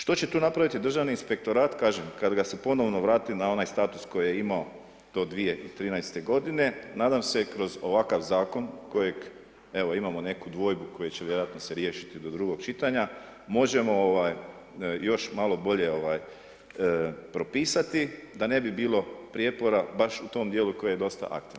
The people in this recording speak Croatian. Što će tu napraviti državni inspektorat, kažem, kad ga se ponovno vrati na onaj status koji je imao do 2013. godine, nadam se kroz ovakav zakon, kojeg, evo imamo neku dvojbu koja će se vjerojatno riješiti do drugog čitanja, možemo još bolje propisati, da ne bi bilo prijepora baš u tom dijelu koji je dosta aktivan.